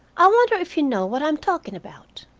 i wonder if you know what i am talking about?